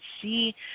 see